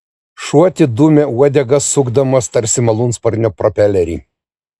šuo atidūmė uodegą sukdamas tarsi malūnsparnio propelerį